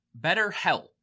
BetterHelp